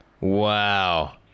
Wow